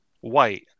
white